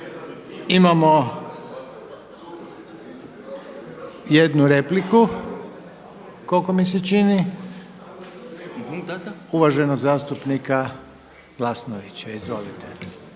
imamo jednu repliku koliko mi se čini, uvaženog zastupnika Glasnovića. Izvolite.